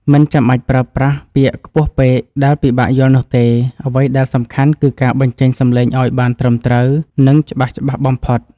មិនចាំបាច់ប្រើប្រាស់ពាក្យខ្ពស់ពេកដែលពិបាកយល់នោះទេអ្វីដែលសំខាន់គឺការបញ្ចេញសំឡេងឱ្យបានត្រឹមត្រូវ និងច្បាស់ៗបំផុត។